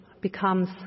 becomes